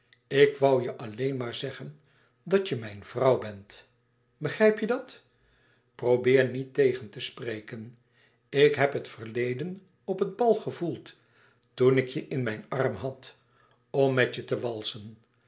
ik woû je alleen maar zeggen dat je mijn vrouw bent begrijp je dat probeer niet tegen te spreken ik heb het verleden op het bal gevoeld toen ik je in mijn arm had om met je te walsen